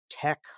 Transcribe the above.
tech